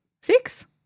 Six